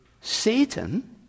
Satan